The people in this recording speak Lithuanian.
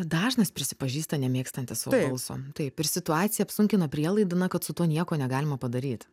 dažnas prisipažįsta nemėgstantis savo balso taip ir situaciją apsunkina prielaida na kad su tuo nieko negalima padaryt